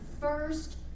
first